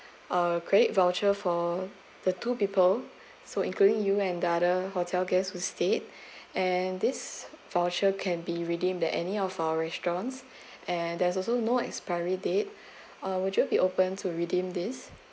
uh credit voucher for the two people so including you and the other hotel guests in the stay and this voucher can be redeemed at any of our restaurants and there's also no expiry date uh would you be open to redeem this